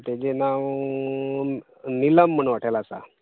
तेजें नांव निलम म्हण हाॅटेल आसा